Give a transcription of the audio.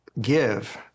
give